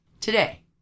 Today